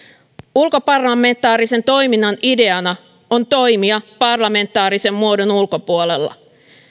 ulkoparlamentaarisen toiminnan ideana on toimia parlamentaarisen muodon ulkopuolella